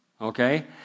okay